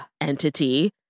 entity